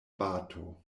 bato